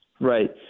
Right